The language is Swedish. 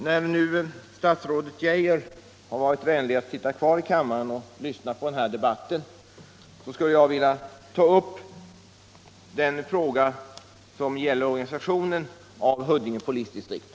När nu statsrådet Geijer har varit vänlig nog att sitta kvar i kammaren och lyssna på denna debatt, skulle jag vilja ställa en fråga som gäller organisationen av Huddinge polisdistrikt.